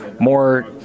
more